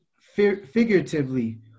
figuratively